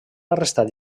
arrestat